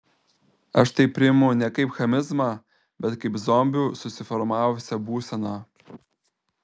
aš tai priimu ne kaip chamizmą bet kaip zombių susiformavusią būseną